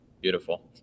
Beautiful